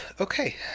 Okay